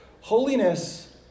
Holiness